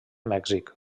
mèxic